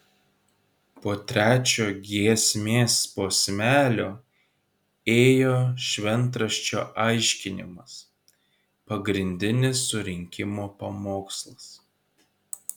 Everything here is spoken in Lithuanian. po trečio giesmės posmelio ėjo šventraščio aiškinimas pagrindinis surinkimo pamokslas